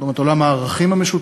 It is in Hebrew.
זאת אומרת עולם הערכים המשותף,